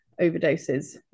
overdoses